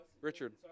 Richard